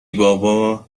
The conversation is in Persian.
بابا